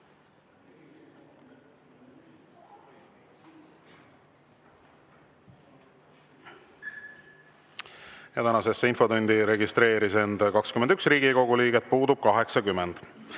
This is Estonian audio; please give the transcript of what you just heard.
Tänasesse infotundi registreeris end 21 Riigikogu liiget, puudub 80.